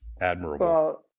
admirable